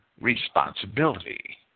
responsibility